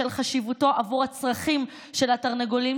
בשל חשיבותו עבור הצרכים של התרנגולים,